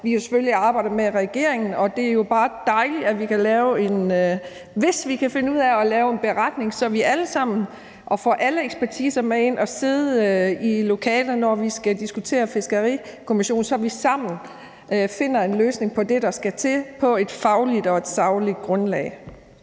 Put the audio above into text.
har arbejdet i regeringen. Det er jo bare dejligt, hvis vi kan finde ud af at lave en beretning, så vi kan få alle ekspertiser med i lokalet, når vi skal diskutere Fiskerikommissionen, så vi sammen finder en løsning på det, der skal til, på et fagligt og sagligt grundlag.